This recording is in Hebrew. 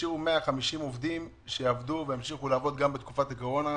והשאירו 150 עובדים שיעבדו וימשיכו לעבוד גם בתקופת הקורונה,